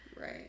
Right